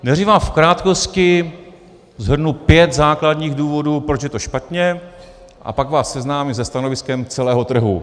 Nejdřív vám v krátkosti shrnu pět základních důvodů, proč je to špatně, a pak vás seznámím se stanoviskem celého trhu.